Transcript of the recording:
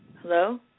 Hello